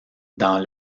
dans